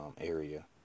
area